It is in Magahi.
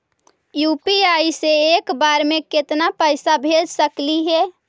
यु.पी.आई से एक बार मे केतना पैसा भेज सकली हे?